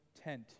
tent